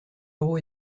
euros